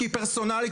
שהיא פרסונלית,